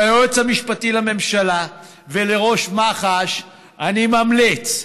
ליועץ המשפטי לממשלה ולראש מח"ש אני ממליץ: